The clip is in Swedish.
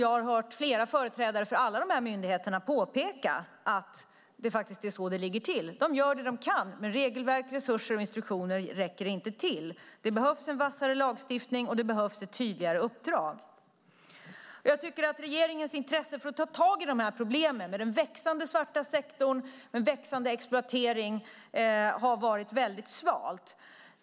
Jag har hört företrädare för alla dessa myndigheter påpeka att det faktiskt är så det ligger till. De gör vad de kan, men regelverken, resurserna och instruktionerna räcker inte till. Det behövs en vassare lagstiftning, och det behövs ett tydligare uppdrag. Regeringens intresse för att ta tag i problemen med den växande svarta sektorn, med en ökande exploatering, har varit väldigt svalt.